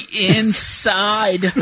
inside